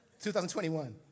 2021